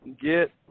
Get